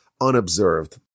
unobserved